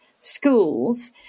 schools